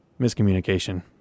miscommunication